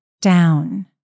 down